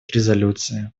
резолюции